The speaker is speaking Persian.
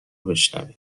بشنوه